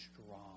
strong